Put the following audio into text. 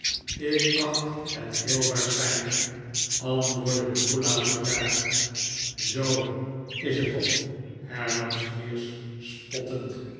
ik acht het heel waarschijnlijk antwoordde nikolaas bedaard zoo is t toch hernam squeers spottend